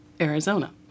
Arizona